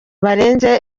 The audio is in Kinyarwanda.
barenze